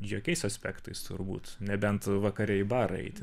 jokiais aspektais turbūt nebent vakare į barą eiti